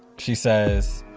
she says,